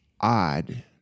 odd